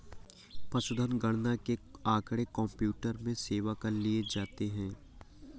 पशुधन गणना के आँकड़े कंप्यूटर में सेव कर लिए जाते हैं